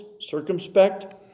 circumspect